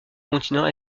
continent